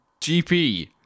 GP